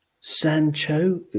sancho